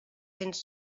cents